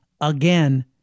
again